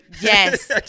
Yes